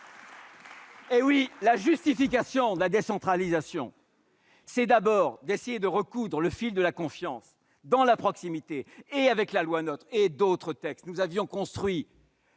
! Oui, la justification de la décentralisation, c'est d'abord de recoudre le fil de la confiance dans la proximité. Avec la loi NOTRe et d'autres textes, nous avons, au